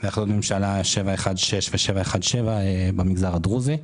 והחלטות הממשלה 716 ו-717 בעניין המגזר הדרוזי,